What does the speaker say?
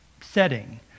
setting